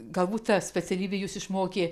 galbūt ta specialybė jus išmokė